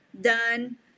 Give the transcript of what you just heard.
done